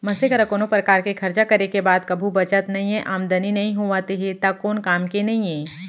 मनसे करा कोनो परकार के खरचा करे के बाद कभू बचत नइये, आमदनी नइ होवत हे त कोन काम के नइ हे